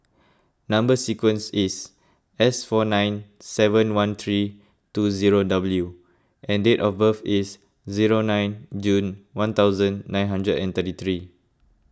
Number Sequence is S four nine seven one three two zero W and date of birth is zero nine June one thousand nine hundred and thirty three